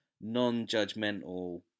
non-judgmental